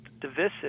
divisive